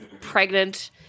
pregnant